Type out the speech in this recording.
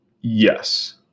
Yes